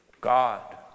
God